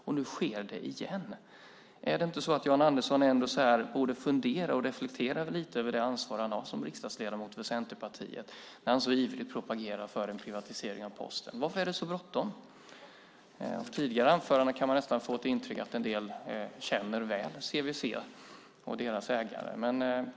Och nu sker det igen. Är det inte så att Jan Andersson borde fundera och reflektera lite över det ansvar han har som riksdagsledamot för Centerpartiet när han så ivrigt propagerar för en privatisering av Posten. Varför är det så bråttom? Av tidigare anföranden kan man nästan få intryck av att en del känner CVC och dess ägare väl.